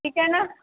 ठीक है न